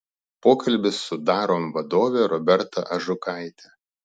pokalbis su darom vadove roberta ažukaite